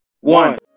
one